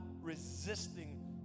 resisting